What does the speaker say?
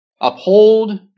uphold